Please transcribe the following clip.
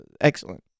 Excellent